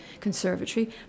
conservatory